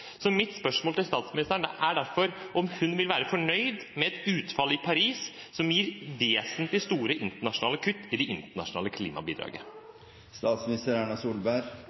Mitt spørsmål til statsministeren er derfor om hun vil være fornøyd med et utfall i Paris som gir vesentlig store internasjonale kutt i det internasjonale